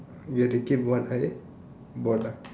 get to keep what I bought ah